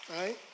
right